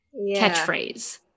catchphrase